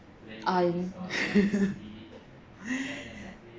um